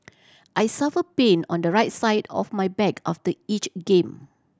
I suffer pain on the right side of my back after each game